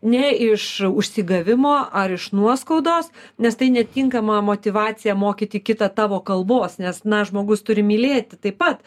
ne iš užsigavimo ar iš nuoskaudos nes tai netinkama motyvacija mokyti kitą tavo kalbos nes na žmogus turi mylėti taip pat